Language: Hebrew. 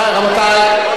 רבותי.